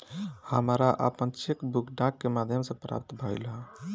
हमरा आपन cheque book डाक के माध्यम से प्राप्त भइल ह